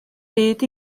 hyd